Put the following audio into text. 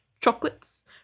chocolates